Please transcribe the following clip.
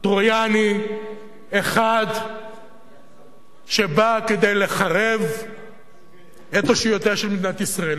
טרויאני אחד שבא כדי לחרב את אושיותיה של מדינת ישראל,